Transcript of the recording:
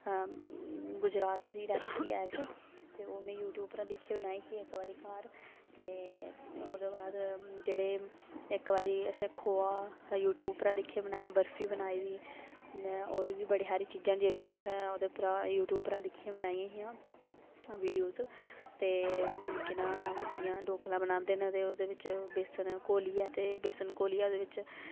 गुजरात दी रैस्पी ऐ इक ते ओह् में यूटयूब परा दा दिक्खियै बनाई ही में इक बारी घर ते ओह्दे बैाद जेह्ड़े इक बारी असैं खोहा यूटयूब दा दिक्खियै बनाया बर्फी बनाई दी होेर बी बड़ियां सारियां चीजां न जेह्ड़ियां असैं यूटयूब उप्परा दा बनाईयां हां बीडियो केह् नां जियां डोकला बनांदे न ते ओह्दै बिच्च बेसन घोलियै ते बेसन घोलियै